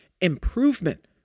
improvement